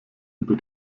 über